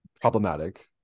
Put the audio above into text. problematic